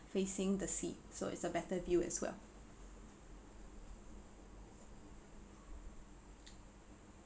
facing the sea so it's a better view as well